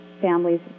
families